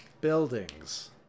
buildings